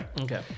Okay